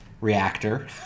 reactor